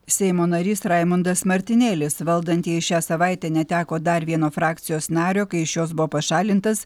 seimo narys raimundas martinėlis valdantieji šią savaitę neteko dar vieno frakcijos nario kai iš jos buvo pašalintas